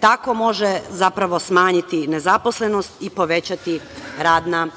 tako može zapravo smanjiti nezaposlenost i povećati radna